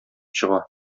чыга